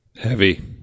Heavy